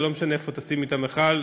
זה לא משנה איפה תשימי את המכל,